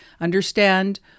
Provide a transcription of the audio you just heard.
Understand